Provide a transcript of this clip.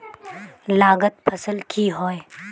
लागत फसल की होय?